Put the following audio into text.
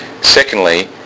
Secondly